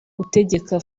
utegeka